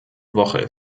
woche